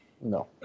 No